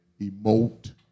emote